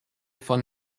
von